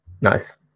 Nice